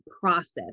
process